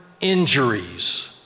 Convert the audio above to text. injuries